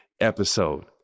episode